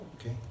Okay